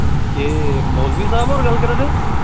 एह् मौलवी साह्ब होर गल्ल करा दे